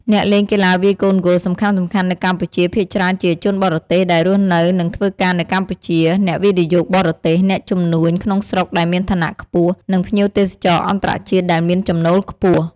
អ្នកលេងកីឡាវាយកូនហ្គោលសំខាន់ៗនៅកម្ពុជាភាគច្រើនជា ជនបរទេសដែលរស់នៅនិងធ្វើការនៅកម្ពុជា អ្នកវិនិយោគបរទេស អ្នកជំនួញក្នុងស្រុកដែលមានឋានៈខ្ពស់ និងភ្ញៀវទេសចរអន្តរជាតិដែលមានចំណូលខ្ពស់។